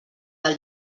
del